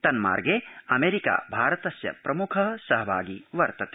तन्मार्गे America भारतस्य प्रमुख सहभागी वर्तते